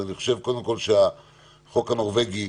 אני חושב קודם כל שהחוק הנורבגי